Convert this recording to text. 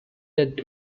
that